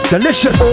Delicious